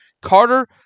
Carter